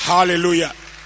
Hallelujah